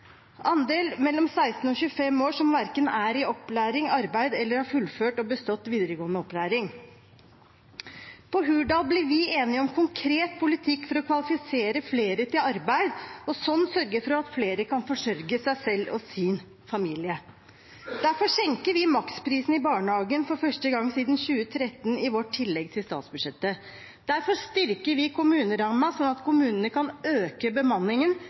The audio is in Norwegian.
andel personer mellom 16 og 25 år som verken er i opplæring, arbeid eller har fullført og bestått videregående opplæring. I Hurdal ble vi enige om konkret politikk for å kvalifisere flere til arbeid og sånn sørge for at flere kan forsørge seg selv og sin familie. Derfor senker vi maksprisen i barnehagen for første gang siden 2013 i vårt tillegg til statsbudsjettet. Derfor styrker vi kommunerammen, sånn at kommunene kan øke bemanningen,